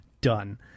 Done